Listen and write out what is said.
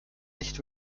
nicht